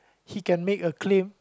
he can make a claim